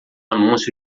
anúncio